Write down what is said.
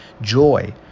joy